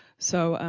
so,